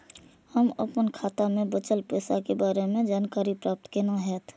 हम अपन खाता में बचल पैसा के बारे में जानकारी प्राप्त केना हैत?